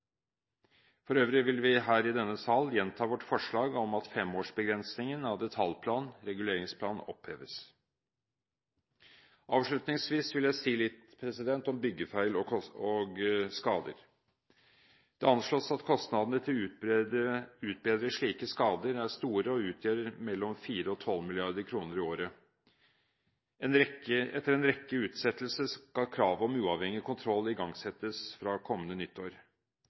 For øvrig vil vi her i denne sal gjenta vårt forslag om at femårsbegrensningen av detaljplan/reguleringsplan oppheves. Avslutningsvis vil jeg si litt om byggefeil og -skader. Det anslås at kostnadene ved å utbedre slike skader er store og utgjør mellom 4 og 12 mrd. kr i året. Etter en rekke utsettelser skal kravet om uavhengig kontroll igangsettes fra kommende nyttår,